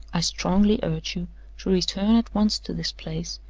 i strongly urge you to return at once to this place,